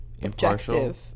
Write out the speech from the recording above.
Impartial